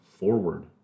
forward